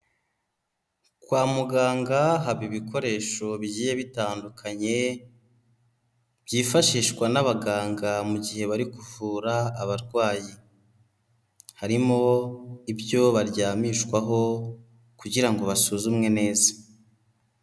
Kwa muganga haba ibikoresho bigiye bitandukanye, byifashishwa n'abaganga mu gihe bari kuvura abarwayi, harimo ibyo baryamishwaho kugira ngo basuzumwe neza.